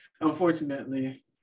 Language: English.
unfortunately